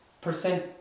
percent